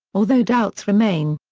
although doubts remain.